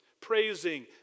Praising